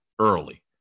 Early